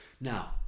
Now